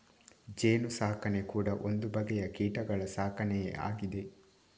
ಜೇನು ಸಾಕಣೆ ಕೂಡಾ ಒಂದು ಬಗೆಯ ಕೀಟಗಳ ಸಾಕಣೆಯೇ ಆಗಿದೆ